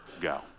go